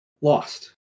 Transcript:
lost